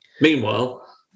meanwhile